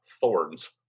thorns